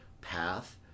path